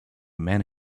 man